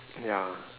ya